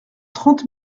trente